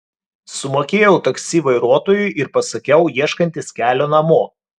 sumokėjau taksi vairuotojui ir pasakiau ieškantis kelio namo